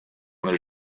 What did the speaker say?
their